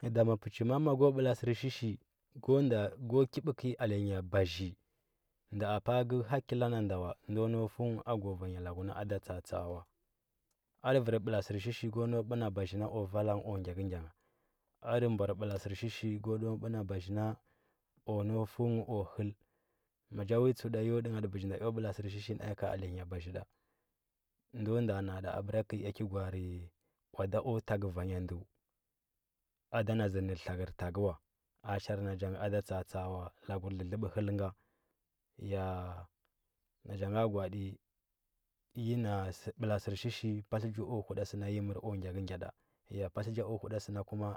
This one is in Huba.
kəi daa pə chi ma. a ma ko bəla sərshishi go ki bə i kəi alenya bazhi nda ma pa. a ngə hakila nan da wan do nau fu ngə vanya lagu na da tsa. a wa adə vir bəla sərshishi go nau bə na vanya ndə na o vala o gyakəgya gha adə mbor bəla sərshishi go nau bə na bazhi na o nau fu nghd o həl maja wi tsəu ɗa ndo ndi ngha ɗə ɓəji nda eo ɓəla sərshishi na, ea ka alenya ɓazhi ɗa ndo ndda ana abəra kəi ea ki gwa’arə wada o takdu vanya ndə ada zəntr tlagər takəu a chare nan ja nga ada tsa. a tsa. a wai ya lagur ldləbə həl ng ana cha a gwa at inti na bəla sərshishi patlə nja o huda səna nyi mər o gya kə g yada ya patləu nja o huda sə kuma,